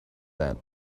that